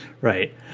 Right